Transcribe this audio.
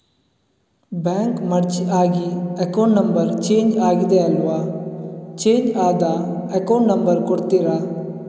Bank merge ಆಗಿ account number change ಆಗಿದೆ ಅಲ್ವಾ, ಚೇಂಜ್ ಆದ ಅಕೌಂಟ್ ನಂಬರ್ ಕೊಡ್ತೀರಾ?